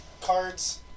cards